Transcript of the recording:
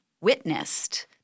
witnessed